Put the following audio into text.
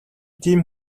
тийм